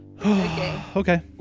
Okay